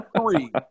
three